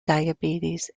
diabetes